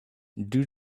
due